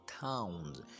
towns